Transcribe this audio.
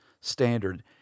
standard